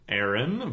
Aaron